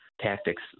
tactics